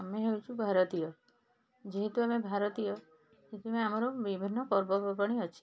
ଆମେ ହେଉଛୁ ଭାରତୀୟ ଯେହେତୁ ଆମେ ଭାରତୀୟ ସେଥିପାଇଁ ଆମର ବିଭିନ୍ନ ପର୍ବପର୍ବାଣୀ ଅଛି